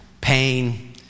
pain